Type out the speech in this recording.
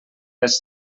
les